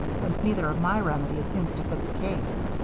since neither of my remedies seems to fit the case.